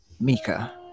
Mika